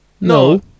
No